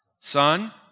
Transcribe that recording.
Son